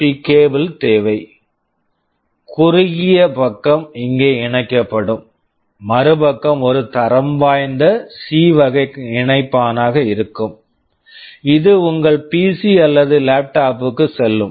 B cable USB cable தேவை குறுகிய பக்கம் இங்கே இணைக்கப்படும் மறுபக்கம் ஒரு தரம் வாய்ந்த சி C வகை இணைப்பானாக இருக்கும் இது உங்கள் பிசி PC அல்லது லேப்டாப் laptop -க்கு செல்லும்